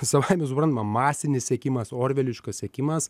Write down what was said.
savaime suprantama masinis sekimas orveliškas sekimas